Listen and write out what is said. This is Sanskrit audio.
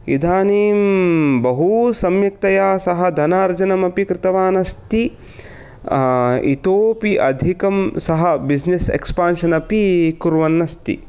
इदानीं बहु सम्यक्ततया सः धनार्जनम् अपि कृतवान् अस्ति इतोपि अधिकं सः बिस्नेस् एक्सपान्शन् अपि कुर्वन् अस्ति